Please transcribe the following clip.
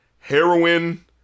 heroin